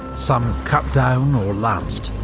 some cut down or lanced,